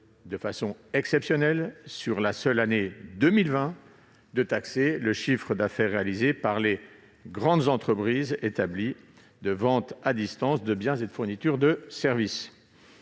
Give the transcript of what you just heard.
à titre exceptionnel et pour la seule année 2020, de taxer le chiffre d'affaires réalisé par les grandes entreprises de vente de biens ou de fourniture de services